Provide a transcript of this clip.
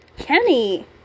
kenny